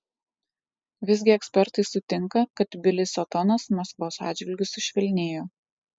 visgi ekspertai sutinka kad tbilisio tonas maskvos atžvilgiu sušvelnėjo